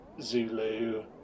Zulu